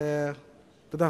תודה.